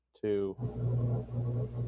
two